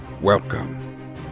Welcome